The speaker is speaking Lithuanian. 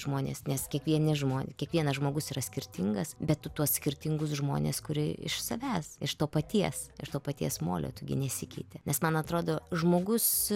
žmonės nes kiekvieni žmon kiekvienas žmogus yra skirtingas bet tu tuos skirtingus žmones kurie iš savęs iš to paties iš to paties molio tu gi nesikeiti nes man atrodo žmogus